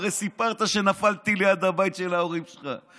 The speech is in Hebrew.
הרי סיפרת שנפל טיל ליד הבית של ההורים שלך.